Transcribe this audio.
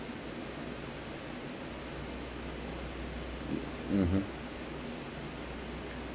mm mm